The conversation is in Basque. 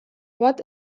bat